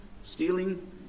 stealing